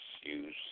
use